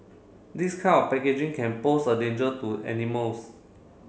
this kind of packaging can pose a danger to animals